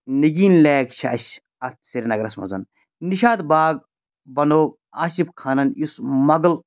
Nageen lake چھِ اَسہِ اَتھ سریٖنَگرَس منٛز نِشاط باغ بَنوٚو آصِف خانَن یُس موغٕل